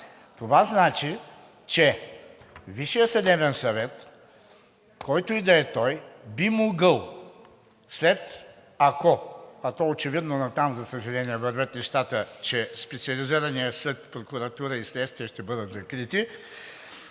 Това значи, че Висшият съдебен съвет, който и да е той, би могъл, ако – а то очевидно натам, за съжаление, вървят нещата, че Специализираният съд, прокуратура и следствие ще бъдат закрити